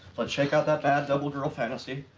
let's shake out that bad double girl fantasy.